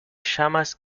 llamas